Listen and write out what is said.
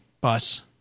bus